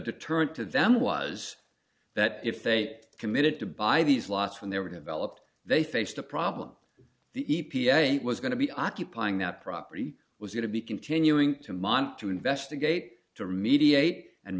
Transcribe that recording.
deterrent to them was that if they committed to buy these lost when they were developed they faced a problem the e p a was going to be occupying that property was going to be continuing to monitor to investigate to remediate and